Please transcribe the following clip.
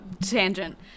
tangent